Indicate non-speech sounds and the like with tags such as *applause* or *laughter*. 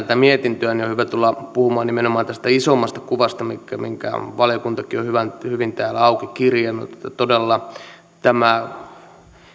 *unintelligible* tätä mietintöä käsitellään on hyvä tulla puhumaan nimenomaan tästä isommasta kuvasta minkä minkä valiokuntakin on hyvin täällä auki kirjannut todella tämä